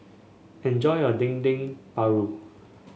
enjoy your Dendeng Paru